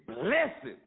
blessed